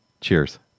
Cheers